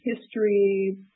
history